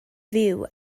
fyw